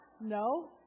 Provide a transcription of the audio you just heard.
No